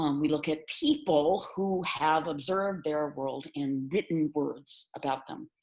um we look at people who have observed their world in written words about them.